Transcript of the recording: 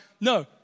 No